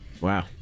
Wow